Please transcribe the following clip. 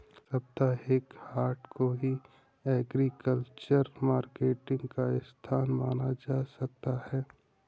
साप्ताहिक हाट को भी एग्रीकल्चरल मार्केटिंग का स्थान माना जा सकता है